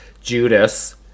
Judas